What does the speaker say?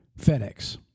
FedEx